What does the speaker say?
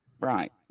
Right